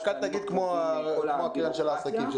רק אל תגיד כמו הקרן של העסקים,